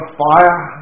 fire